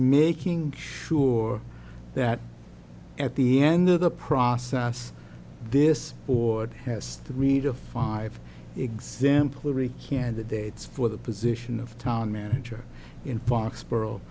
making sure that at the end of the process this order has three to five example re candidates for the position of town manager in foxborough